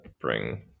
bring